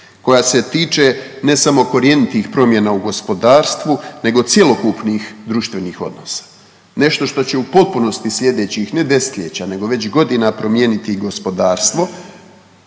koja se tiče ne samo korjenitih promjena u gospodarstvu nego cjelokupnih društvenih odnosa, nešto što će u potpunosti slijedećih ne 10-ljeća nego već godina promijeniti gospodarstvo,